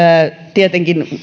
tietenkin